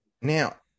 Now